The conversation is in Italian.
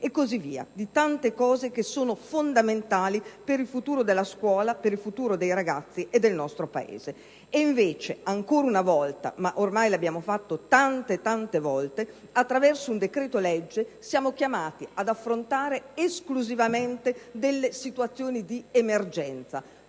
e così via, delle tante scelte fondamentali per il futuro della scuola, dei ragazzi e del nostro Paese. Invece, ancora una volta - ma ormai è accaduto tante volte - attraverso un decreto-legge siamo chiamati ad affrontare esclusivamente le situazioni di emergenza: